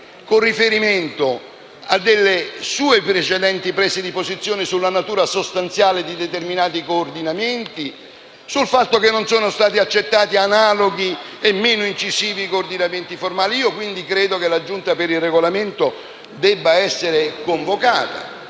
con riferimento a delle sue precedenti prese di posizione sulla natura sostanziale di determinati coordinamenti e sul fatto che non sono stati accettati analoghi e meno incisivi coordinamenti formali. Credo, quindi, che la Giunta per il Regolamento debba essere convocata.